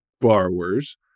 borrowers